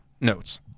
notes